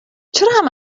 چرا